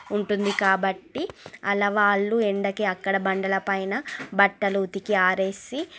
ఉంటుంది కాబట్టి అలా వాళ్ళు ఎండకి అక్కడ బండలపైన బట్టలు ఉతికి ఆరేసి